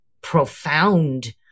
profound